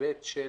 בהיבט של